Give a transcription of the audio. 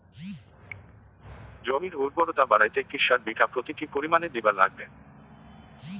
জমির উর্বরতা বাড়াইতে কি সার বিঘা প্রতি কি পরিমাণে দিবার লাগবে?